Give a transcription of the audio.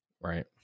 Right